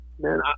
man